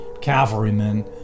cavalrymen